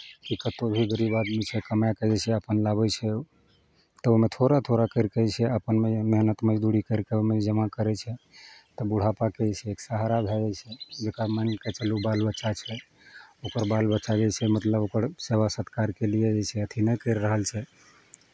कि कतबो भी गरीब आदमी छै कमाए कऽ जे छै अपन लाबै छै तऽ ओहिमे थोड़ा थोड़ा करि कऽ जे छै अपन मेहनत मजदूरी करि कऽ ओहिमे जमा करै छै तऽ बुढ़ापाके जे छै एक सहारा भए जाइ छै जकरा मानि कऽ चलू बाल बच्चा छै ओकर बाल बच्चा जे छै मतलब ओकर सेवा सत्कारके लिए जे छै अथि नहि करि रहल छै